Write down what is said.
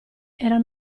era